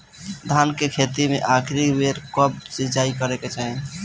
धान के खेती मे आखिरी बेर कब सिचाई करे के चाही?